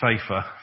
safer